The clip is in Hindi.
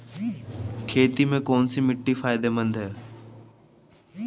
खेती में कौनसी मिट्टी फायदेमंद है?